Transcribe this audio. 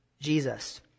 Jesus